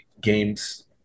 games